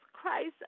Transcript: Christ